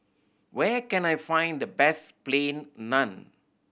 where can I find the best Plain Naan